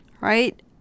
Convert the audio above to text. right